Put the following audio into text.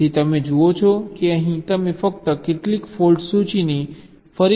તેથી તમે જુઓ છો કે અહીં તમે ફક્ત કેટલીક ફોલ્ટ સૂચિની ફરીથી ગણતરી કરી રહ્યાં છો